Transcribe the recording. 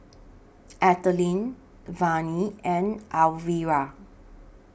Ethelyn Vannie and Alvira